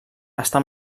està